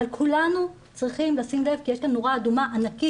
אבל כולנו צריכים לשים לב כי יש כאן נורה אדומה ענקית